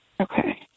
Okay